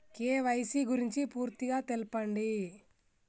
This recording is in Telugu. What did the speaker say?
కే.వై.సీ గురించి పూర్తిగా తెలపండి?